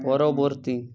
পরবর্তী